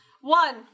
One